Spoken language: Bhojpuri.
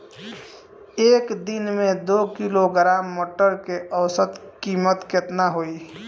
एक दिन में दो किलोग्राम टमाटर के औसत कीमत केतना होइ?